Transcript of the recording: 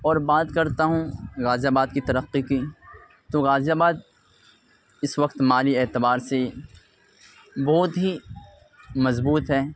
اور بات کرتا ہوں غازی آباد کی ترقّی کی تو غازی آباد اس وقت مالی اعتبار سے بہت ہی مضبوط ہے